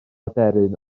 aderyn